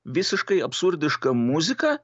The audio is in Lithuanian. visiškai absurdiška muzika